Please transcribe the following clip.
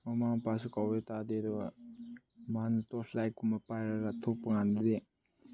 ꯃꯃꯥ ꯃꯄꯥꯁꯨ ꯀꯧꯋꯦ ꯇꯥꯗꯦ ꯑꯗꯨꯒ ꯃꯥꯅ ꯇꯣꯔꯆ ꯂꯥꯏꯠꯀꯨꯝꯕ ꯄꯥꯏꯔꯒ ꯊꯣꯛꯄꯀꯥꯟꯗꯗꯤ